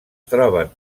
troben